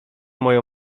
moją